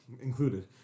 included